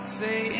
say